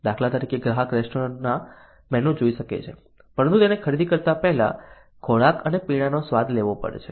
દાખલા તરીકે ગ્રાહક રેસ્ટોરન્ટમાં મેનુ જોઈ શકે છે પરંતુ તેને ખરીદી કરતા પહેલા ખોરાક અને પીણાંનો સ્વાદ લેવો પડે છે